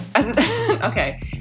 Okay